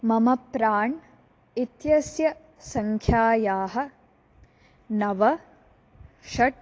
मम प्राण् इत्यस्य सङ्ख्यायाः नव षट्